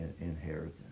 inheritance